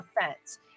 offense